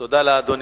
תודה לאדוני.